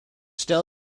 still